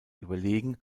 überlegen